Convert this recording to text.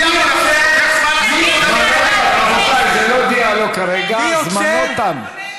זה אירוע של מיליארדים, זה לוקח זמן לעשות.